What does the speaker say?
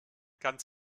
ganz